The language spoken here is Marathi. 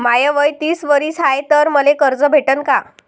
माय वय तीस वरीस हाय तर मले कर्ज भेटन का?